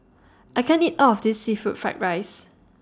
I can't eat All of This Seafood Fried Rice